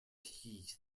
heath